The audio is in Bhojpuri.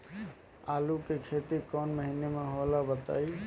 आलू के खेती कौन महीना में होला बताई?